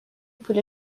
پول